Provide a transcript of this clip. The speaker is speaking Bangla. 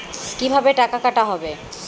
কিভাবে টাকা কাটা হবে?